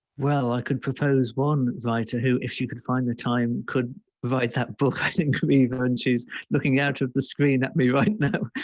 well, i could propose one writer who if she could find the time could provide that book, i think could be when she's looking out of the screen at me right now.